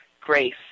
grace